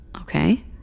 Okay